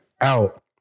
out